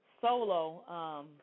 solo